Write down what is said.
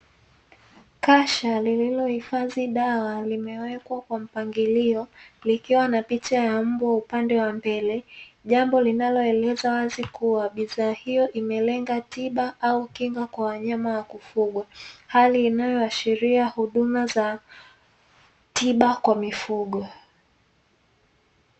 Kasha lilohifadhi dawa likiwa na picha ya mbwa kwa mbele bidhaa hiyo ikilenga tiba au kinga kwa wanyama wa kufugwa hali inayoahashiria tiba na kinga kwa mifugo